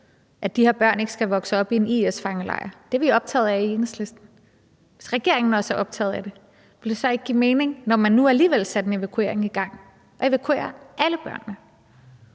at de her børn ikke skal vokse op i en IS-fangelejr – det er vi optaget af i Enhedslisten – ville det så ikke give mening, når man nu alligevel satte en evakuering i gang, at evakuere alle børnene?